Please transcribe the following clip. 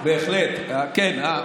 בהחלט, כן.